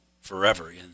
forever